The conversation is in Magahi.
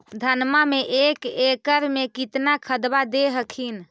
धनमा मे एक एकड़ मे कितना खदबा दे हखिन?